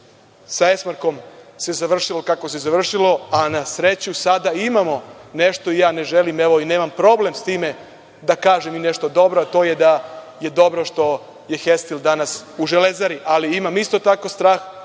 sa „Esmarkom“ se završilo kako se završilo, a na sreću sada imamo nešto i ja ne želim i nemam problem sa time da kažem i nešto dobro, a to je da je dobro što je „Hestil“ danas u „Železari“, ali imam isto tako strah